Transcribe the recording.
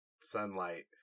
sunlight